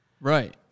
Right